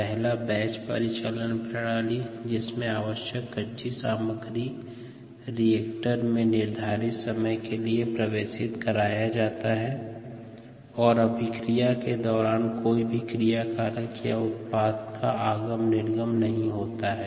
पहला बैच परिचालन प्रणाली है जिसमे आवश्यक कच्ची सामग्री रिएक्टर में निर्धारित समय के लिए प्रवेशित कराया जाता है और अभिक्रिया के दौरान कोई भी क्रियाकारक या उत्पाद का आगम या निर्गम नहीं होता है